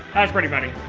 that's pretty funny.